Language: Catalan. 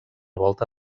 volta